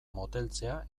moteltzea